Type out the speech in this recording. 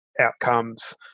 outcomes